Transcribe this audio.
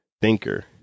thinker